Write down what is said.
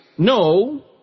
No